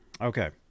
Okay